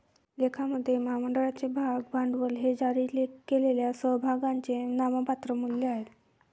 लेखामध्ये, महामंडळाचे भाग भांडवल हे जारी केलेल्या समभागांचे नाममात्र मूल्य आहे